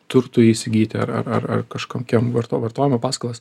turtui įsigyti ar ar ar ar kažkokiam vartojimo paskolas